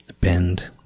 bend